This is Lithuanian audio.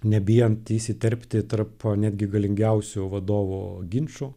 nebijant įsiterpti tarp netgi galingiausių vadovų ginčų